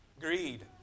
greed